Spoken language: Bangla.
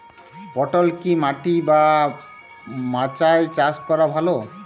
পটল কি মাটি বা মাচায় চাষ করা ভালো?